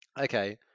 Okay